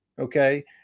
okay